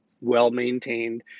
well-maintained